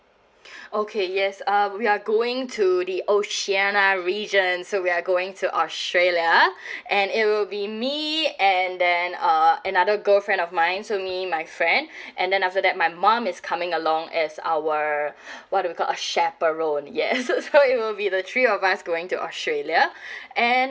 okay yes uh we are going to the oceania region so we are going to australia and it will be me and then uh another girlfriend of mine so me my friend and then after that my mum is coming along as our what do we call a chaperone yes so so it will be the three of us going to australia and